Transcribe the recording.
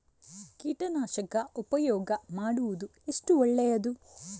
ಕೀಟನಾಶಕ ಉಪಯೋಗ ಮಾಡುವುದು ಎಷ್ಟು ಒಳ್ಳೆಯದು?